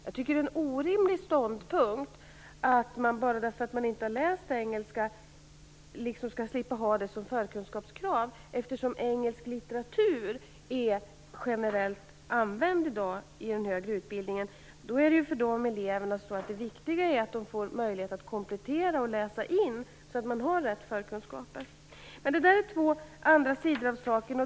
Jag tycker att det är en orimlig ståndpunkt att man skall slippa att ha engelska som förkunskapskrav. Engelsk litteratur används ju i dag generellt i den högre utbildningen. Det viktiga för de här eleverna är att de har möjlighet till inläsning och komplettering, så att de får de rätta förkunskaperna. Detta är dock två andra sidor av saken.